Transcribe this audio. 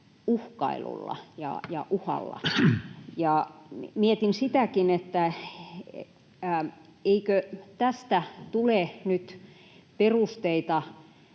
uhkailulla ja uhalla? Mietin sitäkin, että eikö tästä tule nyt perusteita